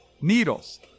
needles